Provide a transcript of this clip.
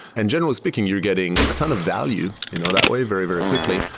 and generally speaking, you're getting a ton of value you know that way very, very quickly.